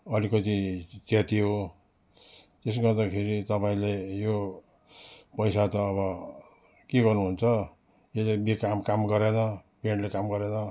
अलिकति च्यातियो त्यसले गर्दाखेरि तपाईँले यो पैसा त अब के गर्नु हुन्छ यो त बेकाम काम गरेन प्यान्टले काम गरेन